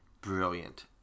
brilliant